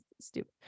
stupid